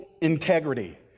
integrity